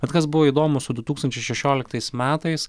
bet kas buvo įdomu su du tūkstančiai šešioliktais metais